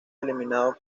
eliminado